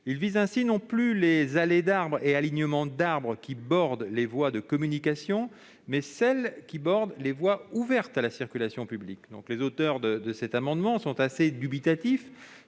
ne vise ainsi plus les allées d'arbres et alignements d'arbres qui « bordent les voies de communication », mais ceux qui bordent les voies « ouvertes à la circulation publique ». Les auteurs de cet amendement sont assez dubitatifs